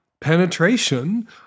penetration